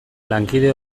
lankide